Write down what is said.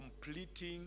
completing